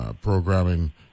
programming